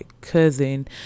cousin